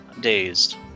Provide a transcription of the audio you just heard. dazed